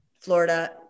Florida